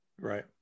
Right